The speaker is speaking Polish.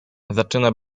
zaczyna